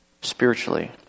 spiritually